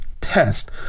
test